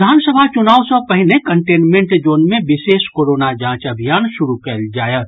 विधानसभा चुनाव सँ पहिने कंटेनमेंट जोन मे विशेष कोरोना जांच अभियान शुरू कयल जायत